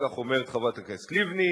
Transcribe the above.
כך אומרת חברת הכנסת לבני,